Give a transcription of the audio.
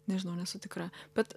nežinau nesu tikra bet